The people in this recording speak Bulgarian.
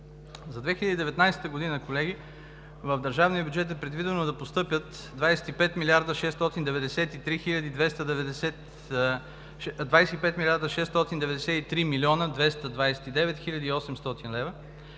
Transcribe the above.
За 2019 г., колеги, в държавния бюджет е предвидено да постъпят 25 млрд. 693 млн. 229 хил. 800 лв.